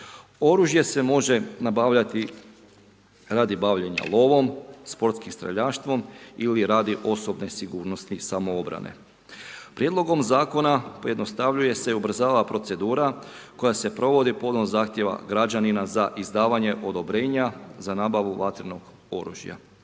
Oružje se može nabavljati radi bavljenja lovom, sportskim streljaštvom ili radi osobne sigurnosti i obrane. Prijedlogom zakona pojednostavljuje se i ubrzava procedura koja se provodi povodom zahtjeva građanina za izdavanje odobrenja za nabavu vatrenog oružja.